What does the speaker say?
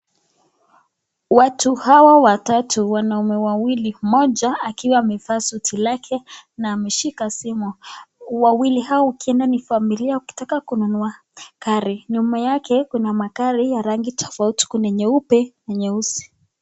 Watu hawa watatu, wanaume wawili, mmoja akiwa amevaa suti lake na ameshika simu. Wawili hao ukieda ni familia wakitaka kununua gari. Nyuma yake kuna magari ya rangi tofauti, kuna nyeupe na nyeusi.